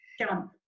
jump